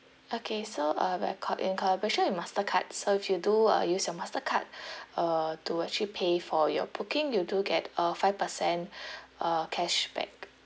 okay so uh we are in collaboration with mastercard so if you do uh use your mastercard uh to actually pay for your booking you do get a five percent uh cashback